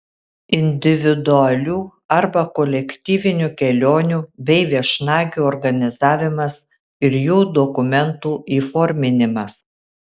individualių arba kolektyvinių kelionių bei viešnagių organizavimas ir jų dokumentų įforminimas